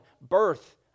birth